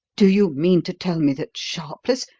do you mean to tell me that sharpless,